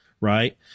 right